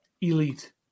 elite